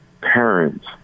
parents